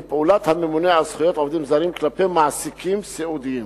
היא פעולת הממונה על זכויות עובדים זרים כלפי מעסיקים סיעודיים.